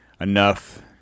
enough